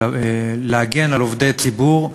להגן על עובדי ציבור,